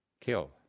kill